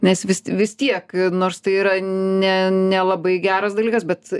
nes vis vis tiek nors tai yra ne nelabai geras dalykas bet